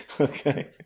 Okay